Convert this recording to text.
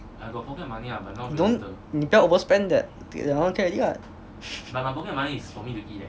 you don't 你不要 overspend that that one can already lah